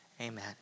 Amen